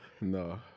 No